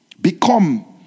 become